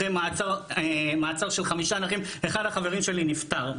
אחרי מעצר של חמישה נכים אחד החברים שלי נפטר.